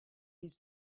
his